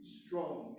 strong